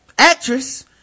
Actress